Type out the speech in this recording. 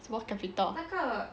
什么 capital